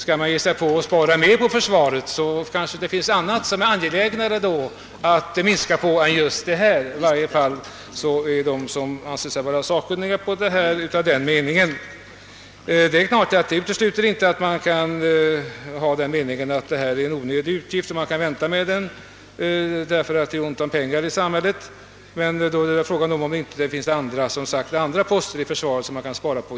Om man skall spara mera på försvaret kanske det finns annat som är mera angeläget än just detta. Det utesluter inte att man kan ha den meningen att detta är en onödig utgift som man kan vänta med därför att det är ont om pengar i samhället, men då är frågan om det inte finns andra poster inom försvaret som man kan spara på.